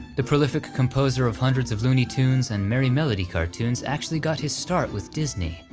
the prolific composer of hundreds of looney tunes and merrie melody cartoons actually got his start with disney,